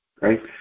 Right